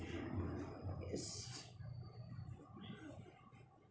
yes